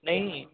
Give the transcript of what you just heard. ਨਹੀਂ